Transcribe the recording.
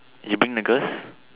you bring the girls